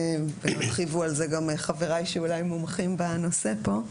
הרחיבו על זה גם חבריי שאולי מומחים בנושא פה.